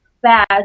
bad